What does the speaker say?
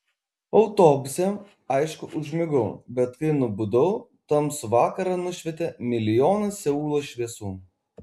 autobuse aišku užmigau bet kai nubudau tamsų vakarą nušvietė milijonas seulo šviesų